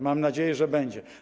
Mam nadzieję, że będzie.